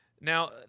Now